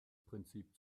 prinzip